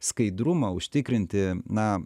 skaidrumą užtikrinti na